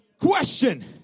Question